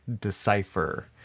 decipher